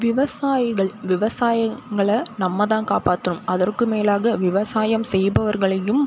விவசாயிகள் விவசாயிங்களை நம்ம தான் காப்பாற்றணும் அதற்கு மேலாக விவசாயம் செய்பவர்களையும்